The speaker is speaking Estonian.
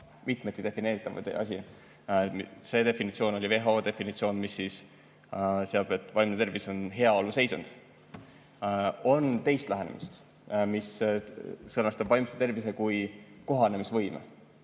mitmeti defineeritav asi. See definitsioon oli WHO definitsioon, mis ütleb, et vaimne tervis on heaolu seisund. On teine lähenemine, mis sõnastab vaimse tervise kui kohanemisvõime.